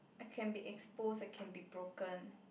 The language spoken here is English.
I can be exposed I can broken